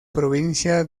provincia